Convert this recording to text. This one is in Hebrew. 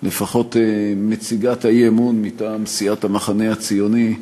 לפחות מציגת האי-אמון מטעם סיעת המחנה הציוני,